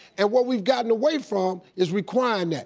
and what we've gotten away from is requiring that.